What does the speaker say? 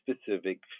specific